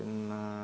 പിന്നേ